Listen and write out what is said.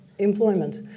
Employment